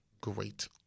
great